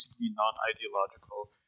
non-ideological